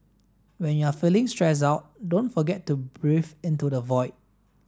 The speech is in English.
when you are feeling stressed out don't forget to breathe into the void